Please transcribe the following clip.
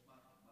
ויש מאכער.